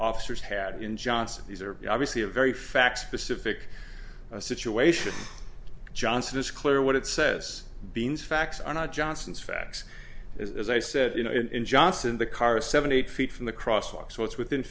officers had in johnson these are obviously a very fact specific situation johnson is clear what it says beans facts are not johnson's facts as i said you know and johnson the car is seventy eight feet from the crosstalk so it's within